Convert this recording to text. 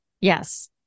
Yes